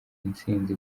intsinzi